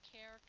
care